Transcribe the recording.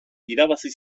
irabazi